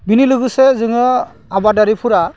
बिनि लोगोसे जोङो आबादारिफोरा